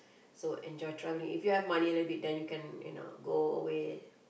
so enjoy travelling if you have money a little bit then you can you know go away